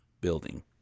building